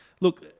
Look